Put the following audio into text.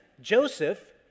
Joseph